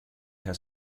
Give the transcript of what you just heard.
has